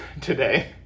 today